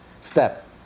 step